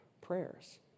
prayers